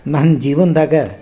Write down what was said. ನನ್ನ ಜೀವನದಾಗ